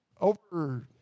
over